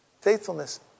faithfulness